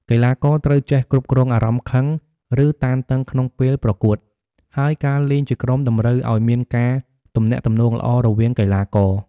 កីឡាករត្រូវចេះគ្រប់គ្រងអារម្មណ៍ខឹង ឬតានតឹងក្នុងពេលប្រកួត ហើយការលេងជាក្រុមតម្រូវឲ្យមានការទំនាក់ទំនងល្អរវាងកីឡាករ។